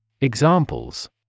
Examples